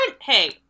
Hey